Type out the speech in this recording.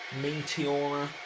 meteora